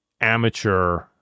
amateur